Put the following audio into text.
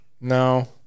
No